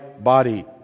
body